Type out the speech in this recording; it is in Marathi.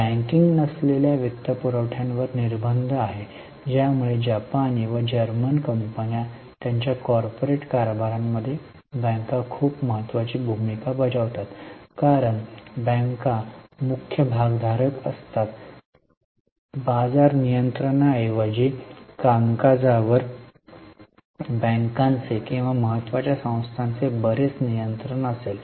बँकिंग नसलेल्या वित्तपुरवठ्यावर निर्बंध आहे त्यामुळे जपानी व जर्मन कंपन्या त्यांच्या कॉर्पोरेट कारभारामध्ये बँका खूप महत्वाची भूमिका बजावतात कारण बँका मुख्य भागधारक असतात बाजार नियंत्रणाऐवजी कामकाजावर बँकांचे किंवा महत्त्वाच्या संस्थांचे बरेच नियंत्रण असेल